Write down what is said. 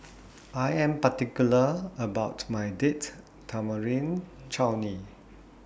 I Am particular about My Date Tamarind Chutney